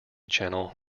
channel